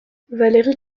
valérie